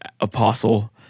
apostle